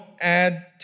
add